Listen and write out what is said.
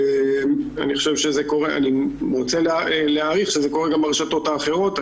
אני רוצה להעריך שזה קורה גם ברשתות האחרות,